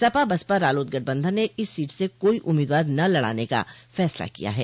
सपा बसपा रालोद गठबंधन ने इस सीट से कोई उम्मीदवार न लड़ाने का फैसला किया है